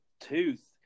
tooth